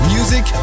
Music